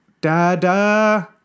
da-da